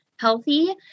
healthy